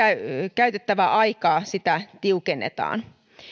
käytettävää aikaa tiukennetaan